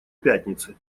пятницы